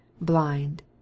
blind